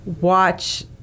watch